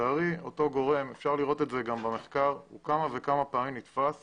לצערי אותו גורם אפשר לראות את זה גם במחקר הוא כמה וכמה פעמים נתפס